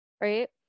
right